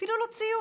אפילו לא ציוץ.